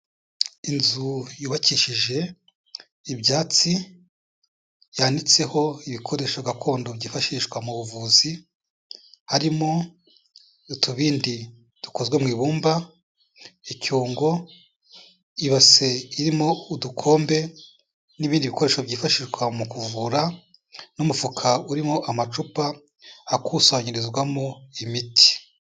Inzu yubakishije ibyatsi yanditseho ibikoresho gakondo byifashishwa mu buvuzi, harimo utubindi dukozwe mu ibumba, icyungo, ibase irimo udukombe n'ibindi bikoresho byifashishwa mu kuvura n'umufuka urimo amacupa akusanyirizwamo imiti.